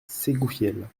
ségoufielle